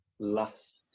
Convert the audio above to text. last